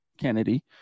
kennedy